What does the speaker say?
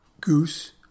Goose